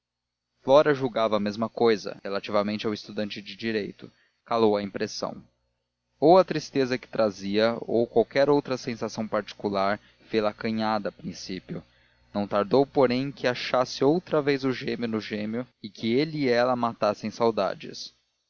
flora julgava a mesma cousa relativamente ao estudante de direito calou a impressão ou a tristeza que trazia ou qualquer outra sensação particular fê-la acanhada a princípio não tardou porém que achasse outra vez o gêmeo no gêmeo e que ele e ela matassem saudades